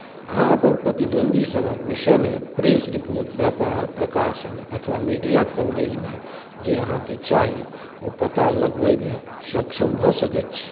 अहाँ अपन प्रतिद्वन्दीसभक विषयमे प्रेस रिपोर्ट व्यापार प्रकाशन अथवा मीडिया कवरेजमे जे अहाँकेँ चाही ओ पता लगबैमे सक्षम भऽ सकैत छी